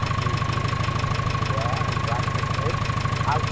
जी जी जी बौआ ई बात तऽ छै आव